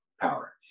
power